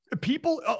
people